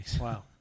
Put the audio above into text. Wow